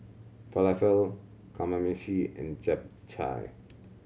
Falafel Kamameshi and Japchae